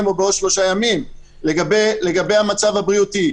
או בעוד שלושה ימים לגבי המצב הבריאותי?